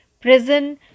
Prison